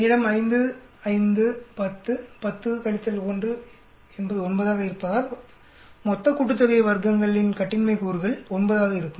என்னிடம் 5 5 10 10 1 என்பது 9 என்பதால் வர்க்கங்களின் மொத்த கூட்டுத்தொகைக்கான கட்டின்மை கூறுகள் 9 ஆக இருக்கும்